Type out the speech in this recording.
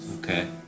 okay